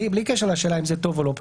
בלי קשר לשאלה אם זה טוב או לא טוב,